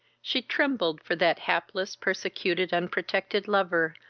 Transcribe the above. she trembled for that hapless, persecuted, unprotected lover,